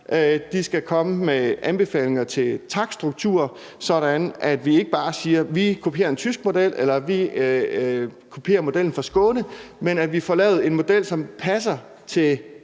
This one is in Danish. De skal komme med anbefalinger til en takststruktur, sådan at vi ikke bare siger, at vi kopierer en tysk model, eller at vi kopierer en model fra Skåne, men at vi får lavet en model, der passer til